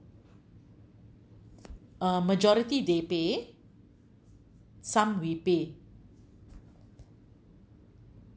uh majority they pay some we pay